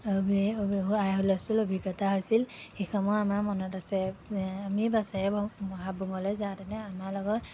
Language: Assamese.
হূলস্থূল অভিজ্ঞতা হৈছিল সেইসমূহ আমাৰ মনত আছে এ আমি বাছেৰে হাবুঙলৈ যাওঁতেনে আমাৰ লগত